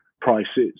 prices